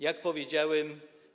Jak powiedziałem,